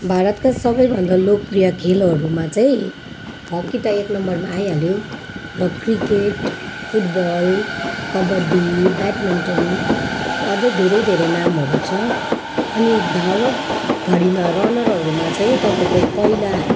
भारतका सबैभन्दा लोकप्रिय खेलहरूमा चाहिँ हकी त एक नम्बरमा आइहाल्यो र क्रिकेट फुटबल कबड्डी ब्याडमिन्टन र अझै धेरै धेरै नामहरू छ अनि धावकभरिमा रनरहरूमा चाहिँ तपाईँको पहिला